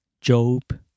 Job